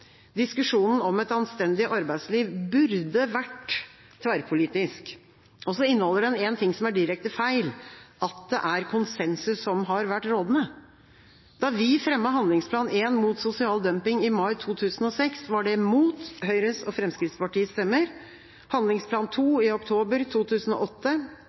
Diskusjonen om et anstendig arbeidsliv burde vært tverrpolitisk. Og så inneholder den en ting som er direkte feil: at det er konsensus som har vært rådende. Da vi fremmet handlingsplan 1 mot sosial dumping i mai 2006, var det mot Høyre og Fremskrittspartiets stemmer. Handlingsplan 2 i oktober 2008